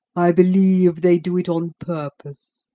i believe they do it on purpose.